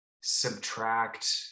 subtract